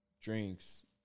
drinks